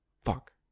fuck